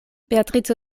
beatrico